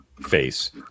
face